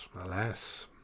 alas